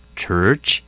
church